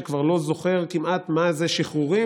שכבר לא זוכר כמעט מה זה שחרורים,